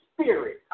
spirit